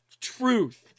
truth